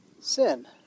sin